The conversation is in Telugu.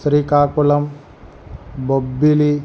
శ్రీకాకుళం బొబ్బిలి